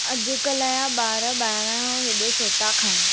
अॼुकल्ह जा ॿार ॿाहिरां हेॾो छो त खाइनि